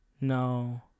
No